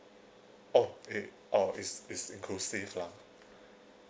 oh it oh it's it's inclusive lah